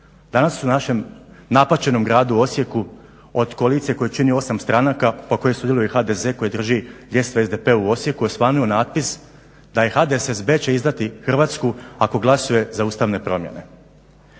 Danas u našem napaćenom gradu Osijeku od koalicije koju čini 8 stranaka, pa u kojoj sudjeluje i HDZ koji drži … SDP u Osijeku osvanuo natpis da HDSSB će izdati Hrvatsku ako glasuje za ustavne promjene.